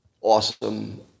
awesome